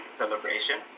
celebration